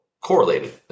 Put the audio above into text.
correlated